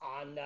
on